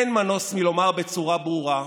אין מנוס מלומר בצורה ברורה: